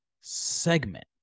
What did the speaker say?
segment